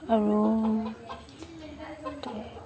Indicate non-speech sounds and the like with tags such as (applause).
আৰু (unintelligible)